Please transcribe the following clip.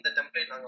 template